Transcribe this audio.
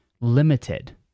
limited